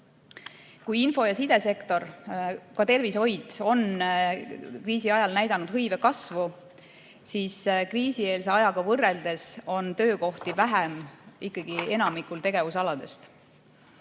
Kui info- ja sidesektor, ka tervishoid on kriisi ajal näidanud hõive kasvu, siis kriisieelse ajaga võrreldes on töökohti vähem ikkagi enamikul tegevusaladest.